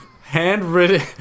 handwritten